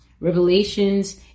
Revelations